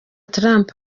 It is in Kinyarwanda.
trump